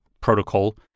protocol